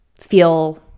feel